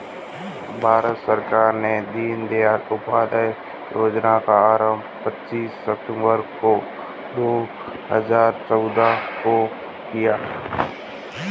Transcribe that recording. भारत सरकार ने दीनदयाल उपाध्याय योजना का आरम्भ पच्चीस सितम्बर दो हज़ार चौदह को किया